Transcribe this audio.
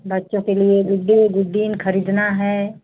बच्चों के लिये गुड्डे गुड्डी खरीदना है